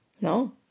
no